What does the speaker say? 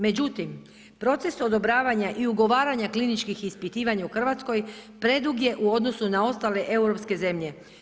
Međutim, proces odobravanja i ugovaranja kliničkih ispitivanja u RH predug je u odnosu na ostale europske zemlje.